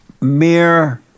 mere